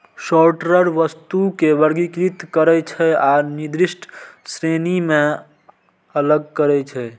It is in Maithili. सॉर्टर वस्तु कें वर्गीकृत करै छै आ निर्दिष्ट श्रेणी मे अलग करै छै